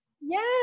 yes